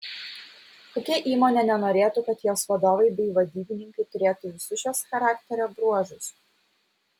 kokia įmonė nenorėtų kad jos vadovai bei vadybininkai turėtų visus šiuos charakterio bruožus